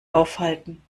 aufhalten